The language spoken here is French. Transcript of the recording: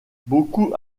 beaucoup